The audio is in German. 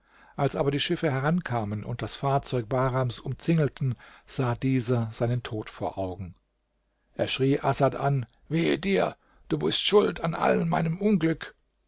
als aber die schiffe herankamen und das fahrzeug bahrams umzingelten sah dieser seinen tod vor augen er schrie asad an wehe dir du bist schuld an allem meinem unglück